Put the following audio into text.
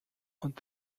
und